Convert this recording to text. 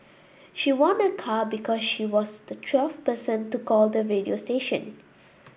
she won a car because she was the twelfth person to call the radio station